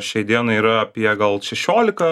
šiai dienai yra apie gal šešiolika